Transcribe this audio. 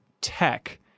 tech